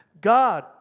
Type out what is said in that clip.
God